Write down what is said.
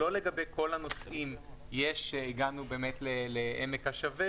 לא לגבי כל הנושאים הגענו לעמק השווה,